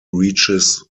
reaches